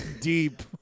deep